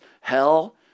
hell